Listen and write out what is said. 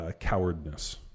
cowardness